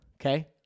okay